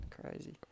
Crazy